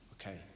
okay